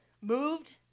Moved